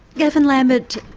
gavin lambert,